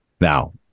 Now